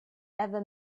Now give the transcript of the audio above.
ever